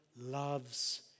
loves